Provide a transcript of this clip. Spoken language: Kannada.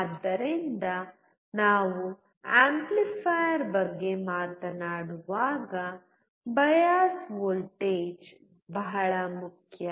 ಆದ್ದರಿಂದ ನಾವು ಆಂಪ್ಲಿಫೈಯರ್ ಬಗ್ಗೆ ಮಾತನಾಡುವಾಗ ಬಯಾಸ್ ವೋಲ್ಟೇಜ್ ಬಹಳ ಮುಖ್ಯ